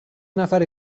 نفر